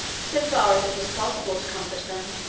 so far as it was possible to comfort them.